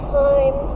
time